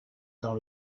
dans